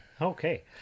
Okay